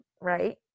right